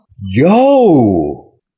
yo